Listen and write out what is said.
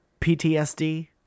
PTSD